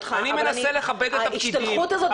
אני מנסה לכבד את הפקידים --- אבל ההשתלחות הזאת בפקידים